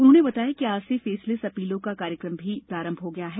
उन्होंने बताया कि आज से फेसलेस अपीलों का कार्यक्रम भी प्रारंभ हो गया है